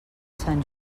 sant